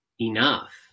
enough